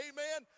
Amen